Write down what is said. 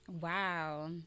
Wow